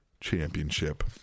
Championship